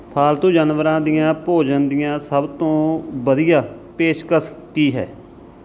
ਪਾਲਤੂ ਜਾਨਵਰਾਂ ਦੇ ਭੋਜਨ ਦੀਆਂ ਸਭ ਤੋਂ ਵਧੀਆ ਪੇਸ਼ਕਸ਼ ਕੀ ਹੈ